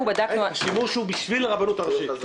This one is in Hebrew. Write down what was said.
השימוש הוא בשביל הרבנות הראשית.